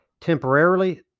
temporarily